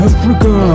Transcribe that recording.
Africa